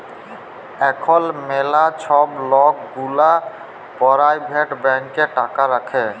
এখল ম্যালা ছব লক গুলা পারাইভেট ব্যাংকে টাকা রাখে